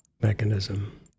Mechanism